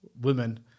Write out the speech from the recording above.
women